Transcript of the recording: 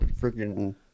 freaking